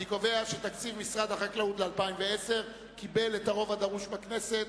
אני קובע שתקציב משרד החקלאות ל-2010 קיבל את הרוב הדרוש בכנסת,